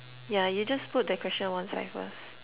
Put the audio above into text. yeah you just put the question one side first